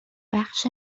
بخش